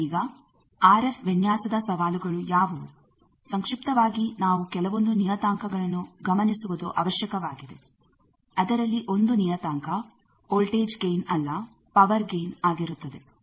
ಈಗ ಆರ್ಎಫ್ ವಿನ್ಯಾಸದ ಸವಾಲುಗಳು ಯಾವುವು ಸಂಕ್ಷಿಪ್ತವಾಗಿ ನಾವು ಕೆಲವೊಂದು ನಿಯತಾಂಕಗಳನ್ನು ಗಮನಿಸುವುದು ಅವಶ್ಯಕವಾಗಿದೆ ಅದರಲ್ಲಿ ಒಂದು ನಿಯತಾಂಕ ವೋಲ್ಟೇಜ್ ಗೈನ್ ಅಲ್ಲ ಪವರ್ ಗೈನ್ ಆಗಿರುತ್ತದೆ